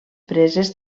preses